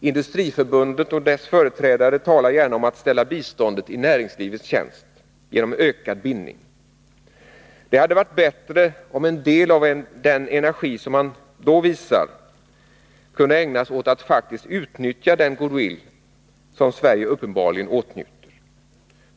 Industriförbundet och dess företrädare talar gärna om att ställa biståndet i näringslivets tjänst genom ökad bindning. Det hade varit bättre om en del av den energi som man då visar kunde ägnas åt att faktiskt utnyttja den goodwill som Sverige uppenbarligen åtnjuter.